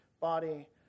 body